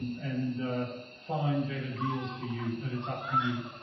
and find better deals for you, but it's up to you.